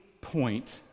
point